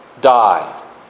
died